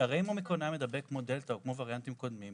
הרי אם אומיקרון היה מידבק כמו דלתא או כמו וריאנטים קודמים,